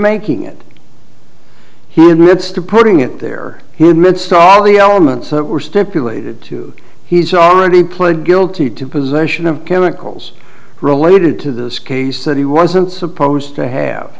making it he admits to putting it there he admits all the elements were stipulated to he's already pled guilty to possession of chemicals related to this case that he wasn't supposed to have